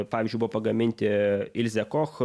pavyzdžiui buvo pagaminti ilzė koch